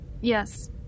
Yes